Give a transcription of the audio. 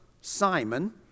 Simon